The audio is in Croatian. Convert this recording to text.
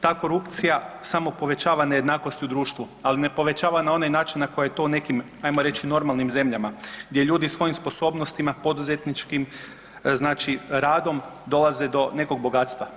Ta korupcija samo povećava nejednakosti u društvu, ali ne povećava na onaj način na koji je to hajmo reći u nekim normalnim zemljama gdje ljudi svojim sposobnostima poduzetničkim, znači radom dolaze do nekog bogatstva.